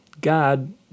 God